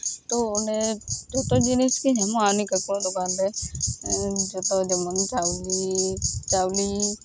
ᱛᱚ ᱚᱸᱰᱮ ᱴᱳᱴᱟᱞ ᱡᱤᱱᱤᱥ ᱜᱮ ᱧᱟᱢᱚᱜᱜᱼᱟ ᱩᱱᱤ ᱠᱟᱠᱩᱣᱟᱜ ᱫᱚᱠᱟᱱ ᱨᱮ ᱡᱚᱛᱚ ᱡᱮᱢᱚᱱ ᱪᱟᱹᱣᱞᱤ ᱪᱟᱹᱣᱞᱤ